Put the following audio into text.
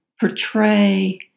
portray